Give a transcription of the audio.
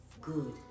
good